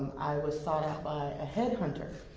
i was sought out by a headhunter.